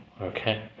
okay